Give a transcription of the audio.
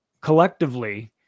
collectively